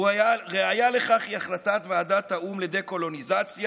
ראיה לכך היא החלטת ועדת האו"ם לדה-קולוניזציה